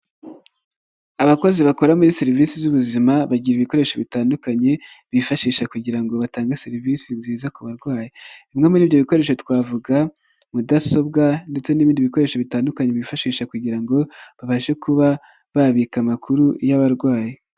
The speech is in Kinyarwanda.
Abakozi bakora muri serivisi z'ubuzima bagira ibikoresho bitandukanye, bifashisha kugira ngo batange serivisi nziza ku barwayi. Bimwe muri ibyo bikoresho twavuga mudasobwa ndetse n'ibindi bikoresho bitandukanye bifashisha kugira ngo babashe kuba babika amakuru y'abarwayi.